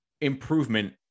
improvement